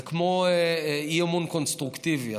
זה כמו אי-אמון קונסטרוקטיבי,